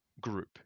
group